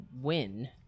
win